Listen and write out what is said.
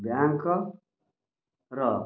ବ୍ୟାଙ୍କ୍ର